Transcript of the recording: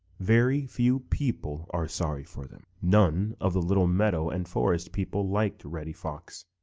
very few people are sorry for them. none of the little meadow and forest people liked reddy fox,